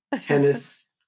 tennis